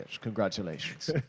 Congratulations